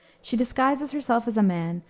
she disguises herself as a man,